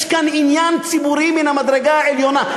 יש כאן עניין ציבורי מהמדרגה העליונה.